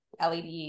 LED